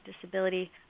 disability